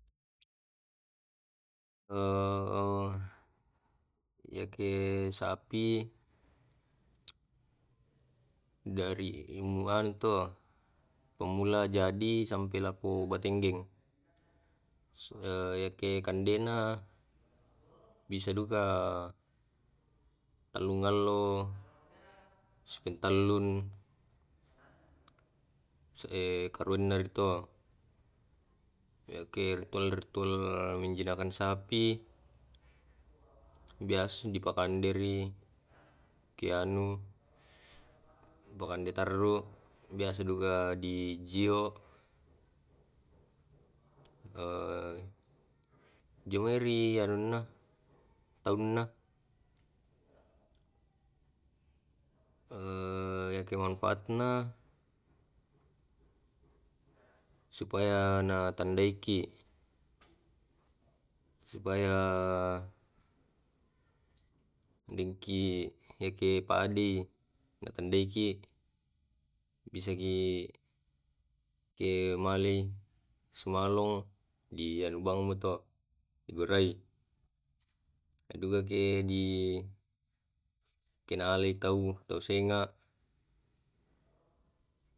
yake sapi, dari to pamula jadi sampai lako batenggeng yake kandena bisa duka tallung allo sipintallung karoeng na ri to’ yake ritual-ritual menjinakkan sapi biasa di pakande ri ke anu di pakande tarru biasa juga di jio jungai ri anunna taunna yake manfaat na supaya na tandae ki supaya na dengki yake padei na tandaeki bisa ki ke malei sumalong di anu bang moto di gorai aduka ke di kene alai tau senga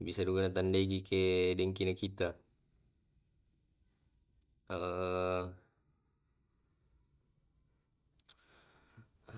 bisa duka na tandae ki ke dengki na kita